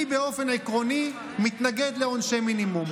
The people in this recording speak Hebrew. אני באופן עקרוני מתנגד לעונשי מינימום,